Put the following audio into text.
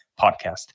podcast